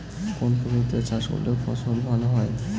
কোন পদ্ধতিতে চাষ করলে ফসল ভালো হয়?